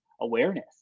awareness